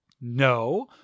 No